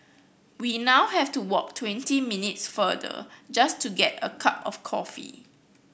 we now have to walk twenty minutes farther just to get a cup of coffee